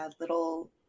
little